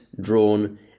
drawn